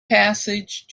passage